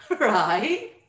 Right